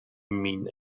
mean